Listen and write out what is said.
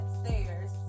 upstairs